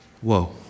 whoa